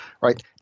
right